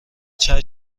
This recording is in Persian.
چشم